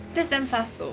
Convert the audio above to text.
that is damn fast though